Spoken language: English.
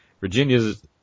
Virginia's